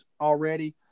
already